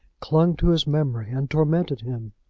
clung to his memory and tormented him.